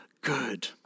good